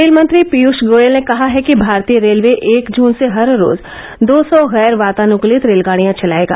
रेलमंत्री पीयूष गोयल ने कहा है कि भारतीय रेलवे एक जुन से हर रोज दो सौ गैर वातानुकलित रेलगाड़ियां चलाएगा